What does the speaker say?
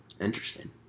Interesting